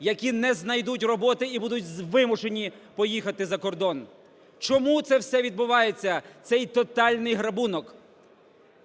які не знайдуть роботи і будуть вимушені поїхати за кордон. Чому це все відбувається, цей тотальний грабунок?